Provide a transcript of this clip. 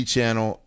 Channel